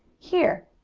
here!